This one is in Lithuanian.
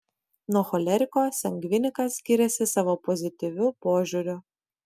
nuo choleriko sangvinikas skiriasi savo pozityviu požiūriu